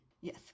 yes